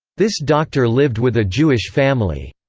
this doctor lived with a jewish family.